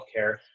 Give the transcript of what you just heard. healthcare